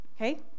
Okay